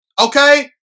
Okay